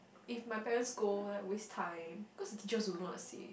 if my parents scold like waste time cause teacher also won't see